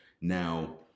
Now